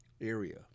area